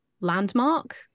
landmark